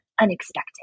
unexpected